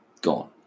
Gone